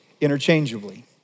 interchangeably